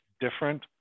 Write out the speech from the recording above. different